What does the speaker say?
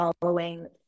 following